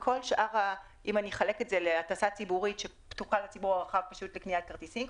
ואם אני אחלק את זה להטסה ציבורית שפתוחה לציבור הרחב לקניית כרטיסים,